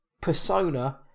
persona